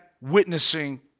witnessing